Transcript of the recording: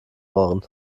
ohren